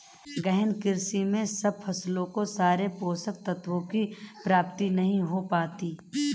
गहन कृषि में सब फसलों को सारे पोषक तत्वों की प्राप्ति नहीं हो पाती